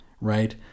Right